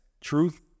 Truth